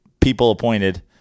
people-appointed